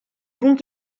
bons